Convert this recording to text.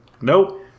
Nope